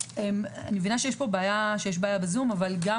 אני מבינה שיש בעיה בזום אבל גם